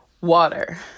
water